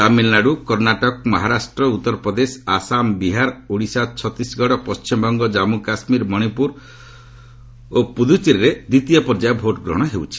ତାମିଲ୍ନାଡୁ କର୍ଷ୍ଣାଟକ ମହାରାଷ୍ଟ୍ର ଉତ୍ତର ପ୍ରଦେଶ ଆସାମ ବିହାର ଓଡ଼ିଶା ଛତିଶଗଡ଼ ପଣ୍ଟିମବଙ୍ଗ ଜନ୍ମୁ କାଶ୍ମୀର ମଣିପୁର ତ୍ରିପୁରା ଓ ପୁଦ୍ରୁଚେରୀରେ ଦ୍ୱିତୀୟ ପର୍ଯ୍ୟାୟ ଭୋଟ୍ଗ୍ରହଣ ହେଉଛି